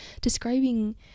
describing